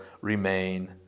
remain